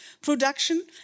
production